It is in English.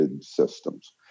systems